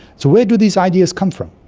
so where do these ideas come from?